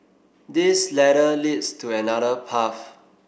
this ladder leads to another path